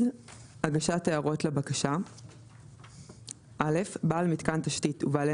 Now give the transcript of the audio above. הגשת הערות לבקשה 26ד. (א)בעל מיתקן תשתית ובעלי